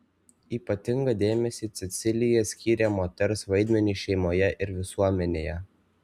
ypatingą dėmesį cecilija skyrė moters vaidmeniui šeimoje ir visuomenėje